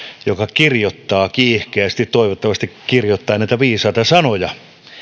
joka kirjoittaa kiihkeästi toivottavasti kirjoittaa näitä viisaita sanoja